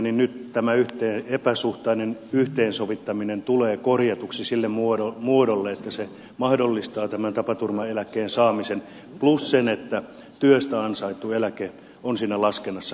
nyt tämä epäsuhtainen yhteensovittaminen tulee korjatuksi siihen muotoon että se mahdollistaa tämän tapaturmaeläkkeen saamisen plus sen että työstä ansaittu eläke on siinä laskennassa